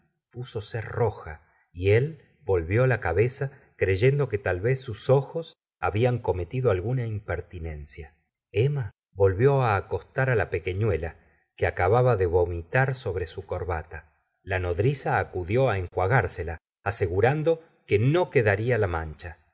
púsose roja y él volvió la cabeza creyendo que tal vez sus ojos habían cometido alguna impertinencia emma volvió acostar la pequeñuela que acababa de vomitar sobre su corbata la nodriza acudió enjugársela asegurando que no quedaría la mancha